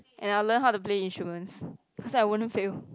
and I'll learn how to play instruments because I won't fail